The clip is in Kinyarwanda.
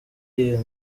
iriya